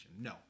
No